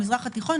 במזרח התיכון,